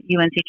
UNC